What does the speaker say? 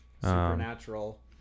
Supernatural